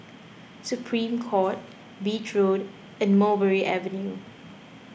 Supreme Court Beach Road and Mulberry Avenue